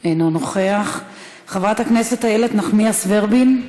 אינו נוכח, חברת הכנסת איילת נחמיאס ורבין,